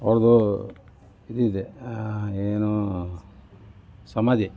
ಹಾಗು ಇದಿದೆ ಏನು ಸಮಾಧಿ